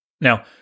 Now